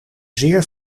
zeer